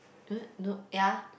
eh no ya